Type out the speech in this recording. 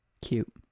Cute